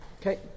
Okay